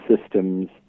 systems